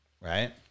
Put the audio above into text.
right